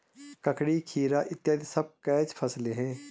ककड़ी, खीरा इत्यादि सभी कैच फसलें हैं